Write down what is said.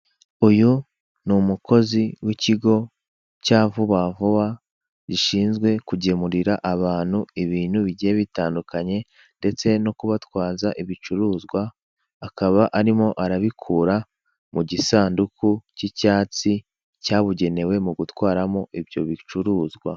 Uyu ni umukozi w'ikigo cya vuva vuba, gishinzwe kugemurira abantu ibintu bigiye bitandukanye, ndetse no kubatwaza ibicuruzwa, akaba arimo arabikura mu gisanduku cy'icyatsi cyabugenewe mu gutwaramo ibyo bicuruzwa.